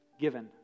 given